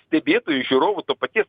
stebėtoju žiūrovu to paties